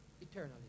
eternally